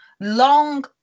long